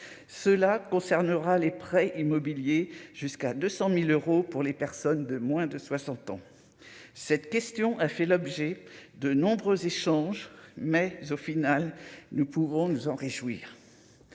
cela concernera les prêts immobiliers jusqu'à 200000 euros pour les personnes de moins de 60 ans, cette question a fait l'objet de nombreux échanges mais au final, nous pouvons nous en réjouir,